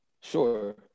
Sure